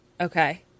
okay